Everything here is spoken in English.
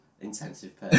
Intensive